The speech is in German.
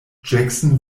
jackson